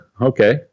Okay